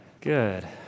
Good